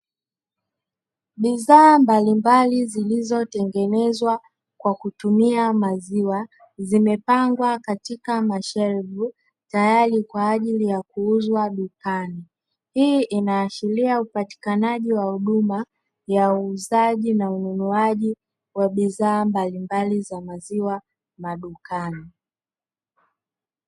Bidhaa mbalimbali zilizotengenezwa kwa kutumia maziwa, zimepangwa katika mashelfu tayari kwa ajili ya kuuzwa dukani. Hii inaashiria upatikanaji wa huduma ya uuzaji na ununuaji wa bidhaa mbalimbali za maziwa madukani.